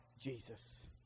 Jesus